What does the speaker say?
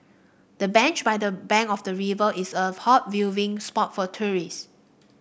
the bench by the bank of the river is a hot viewing spot for tourists